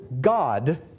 God